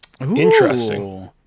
interesting